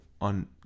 on